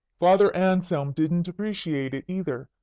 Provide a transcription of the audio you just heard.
father anselm didn't appreciate it, either,